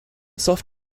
soft